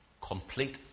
complete